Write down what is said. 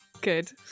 Good